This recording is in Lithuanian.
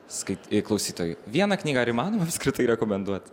skait klausytojui vieną knygą ar įmanoma apskritai rekomenduot